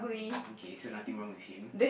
mm K so nothing wrong with him